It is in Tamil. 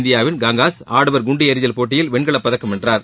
இந்தியாவின் கங்காஸ் ஆடவர் குண்டு எறிதல் போட்டியில் வெண்கலப்பதக்கம் வென்றார்